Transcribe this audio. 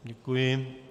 Děkuji.